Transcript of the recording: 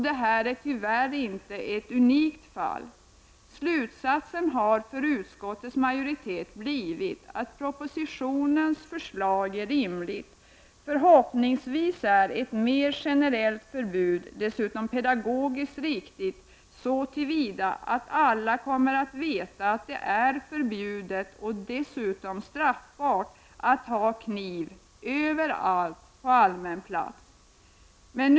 Detta fall är tyvärr inte unikt. Utskottsmajoritetens slutsats är att propositionens förslag är rimligt. Förhoppningsvis är ett mer generellt knivförbud dessutom pedagogiskt riktigt så till vida att alla kommer att veta att det är förbjudet och dessutom straffbart att ha kniv överallt på allmän plats.